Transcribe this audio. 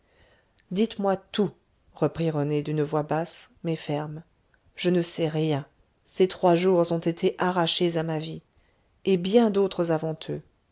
dites-moi tout reprit rené d'une voix basse mais ferme je ne sais rien ces trois jours ont été arrachés à ma vie et bien d'autres